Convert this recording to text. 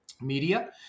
media